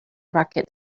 rocket